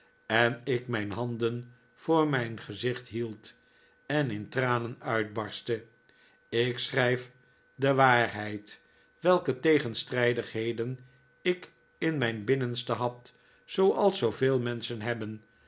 en ik mijn handen voor mijn gezicht hield en in tranen uitbarstte ik schrijf de waarheid welke tegenstrijdigheden ik in mijn binnenste had zooals zooveel menschen hebben